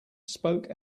spoke